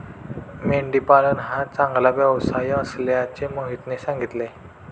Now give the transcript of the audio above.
मेंढी पालन हा चांगला व्यवसाय असल्याचे मोहितने सांगितले